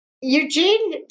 Eugene